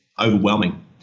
overwhelming